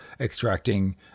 extracting